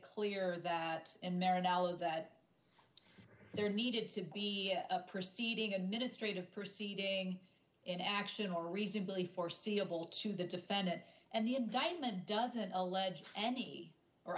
clear that in their analysis that there needed to be a proceeding administrative proceeding in action or reasonably foreseeable to the defendant and the indictment doesn't alleged any or